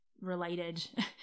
related